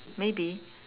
maybe